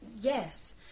Yes